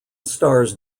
stars